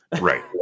Right